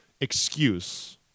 excuse